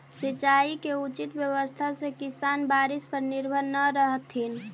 सिंचाई के उचित व्यवस्था से किसान बारिश पर निर्भर न रहतथिन